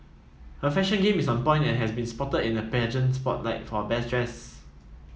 her fashion game is on point and has been spotted in the pageant spotlight for best dressed